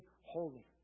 holy